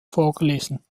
vorgelesen